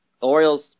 Orioles